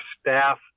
staff